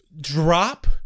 drop